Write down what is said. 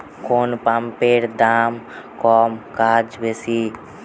কোন পাম্পের দাম কম কাজ বেশি?